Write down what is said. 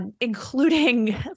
Including